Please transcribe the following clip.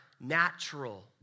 natural